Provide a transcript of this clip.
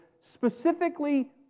specifically